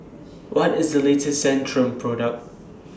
What IS The latest Centrum Product